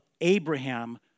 Abraham